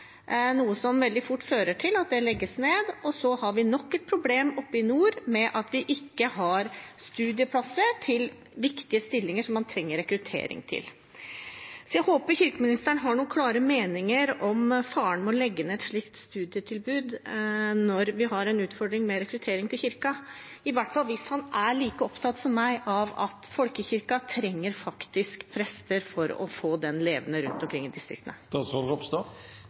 noe som fort fører til at det legges ned, og så har vi nok et problem i nord med at det ikke er studieplasser til viktige stillinger man trenger rekruttering til. Jeg håper kirkeministeren har noen klare meninger om faren ved å legge ned et slikt studietilbud når vi har en utfordring med rekruttering til kirken – i hvert fall hvis han er like opptatt som meg av at folkekirken faktisk trenger prester for å kunne være levende rundt omkring i distriktene.